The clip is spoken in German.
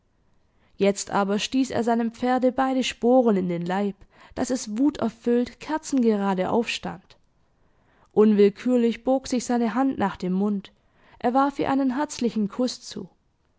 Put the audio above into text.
jetzt aber stieß er seinem pferde beide sporen in den leib daß es wuterfüllt kerzengerade aufstand unwillkürlich bog sich seine hand nach dem mund er warf ihr einen herzlichen kuß zu